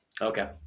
Okay